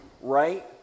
right